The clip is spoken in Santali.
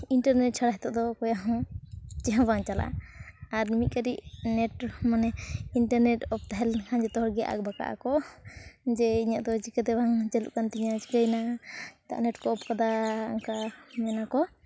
ᱤᱱᱴᱟᱨᱱᱮᱴ ᱪᱷᱟᱲᱟ ᱱᱤᱛᱳᱜ ᱫᱚ ᱚᱠᱚᱭᱟᱜ ᱦᱚᱸ ᱪᱮᱫ ᱦᱚᱸ ᱵᱟᱝ ᱪᱟᱞᱟᱜᱼᱟ ᱟᱨ ᱢᱤᱫ ᱠᱟᱹᱴᱤᱡ ᱱᱮᱴ ᱢᱟᱱᱮ ᱤᱱᱴᱟᱨᱱᱮᱴ ᱚᱯᱷ ᱛᱟᱦᱮᱸ ᱞᱮᱱᱠᱷᱟᱱ ᱡᱚᱛᱚᱦᱚᱲᱜᱮ ᱟᱸᱠ ᱵᱟᱸᱠᱟᱜ ᱟᱠᱚ ᱡᱮ ᱤᱧᱟᱹᱜ ᱫᱚ ᱪᱤᱠᱟᱹᱛᱮ ᱵᱟᱝ ᱪᱟᱹᱞᱩᱜ ᱠᱟᱱ ᱛᱤᱧᱟᱹ ᱪᱤᱠᱟᱹᱭᱮᱱᱟ ᱪᱮᱫᱟᱜ ᱱᱮᱴ ᱠᱚ ᱚᱯᱷ ᱠᱟᱫᱟ ᱚᱱᱠᱟ ᱢᱮᱱᱟᱠᱚ